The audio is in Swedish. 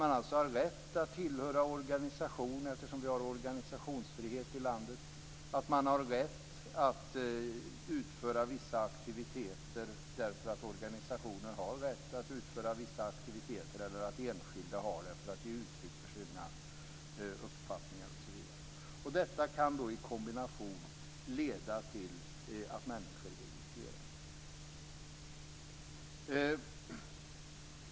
Man har rätt att tillhöra organisationer, eftersom vi har organisationsfrihet i landet. Man har rätt att utföra vissa aktiviteter därför att organisationer har rätt att utföra vissa aktiviteter. Enskilda har rätt ge uttryck för sina uppfattningar osv. Detta kan i kombination leda till att människor registreras.